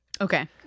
Okay